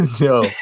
no